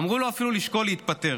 אמרו לו אפילו לשקול להתפטר.